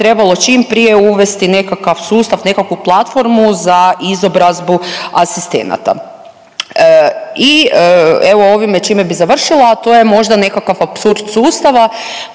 trebalo čim prije uvesti nekakav sustav, nekakvu platformu za izobrazbu asistenata. I evo ovime čime bi završila, a to je možda nekakav apsurd sustava